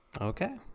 Okay